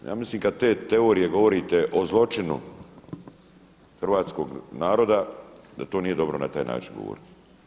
Ja mislim da kad te teorije govorite o zločinu hrvatskog naroda da to nije dobro na taj način govoriti.